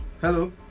Hello